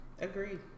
Agreed